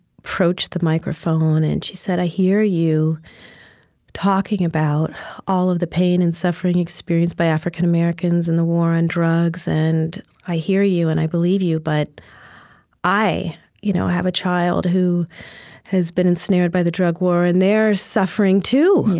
approached the microphone and she said, i hear you talking about all of the pain and suffering experienced by african americans and the war on the drugs. and i hear you and i believe you, but i you know have a child who has been ensnared by the drug war, and they're suffering, too. yeah